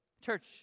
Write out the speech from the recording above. Church